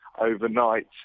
overnight